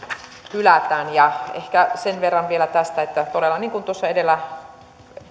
hylätään ehkä sen verran vielä tästä että todella niin kuin edellä